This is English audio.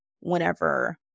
whenever